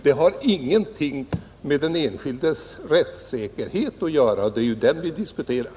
Det har ingenting med den enskildes rättssäkerhet att göra, och det är ju den vi diskuterar.